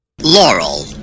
Laurel